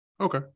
Okay